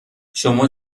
شما